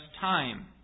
time